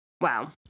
Wow